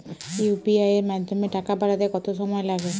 UPI এর মাধ্যমে টাকা পাঠাতে কত সময় লাগে?